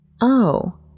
Oh